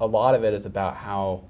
a lot of it is about how